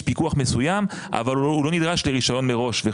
יש פיקוח מסוים אבל הוא לא נדרש לרישיון מראש.